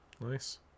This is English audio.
Nice